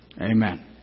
Amen